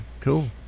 cool